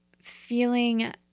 feeling